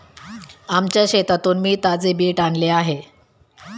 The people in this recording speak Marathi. आमच्या शेतातून मी ताजे बीट आणले आहे